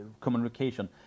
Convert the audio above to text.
communication